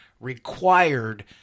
required